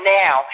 now